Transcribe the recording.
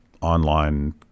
online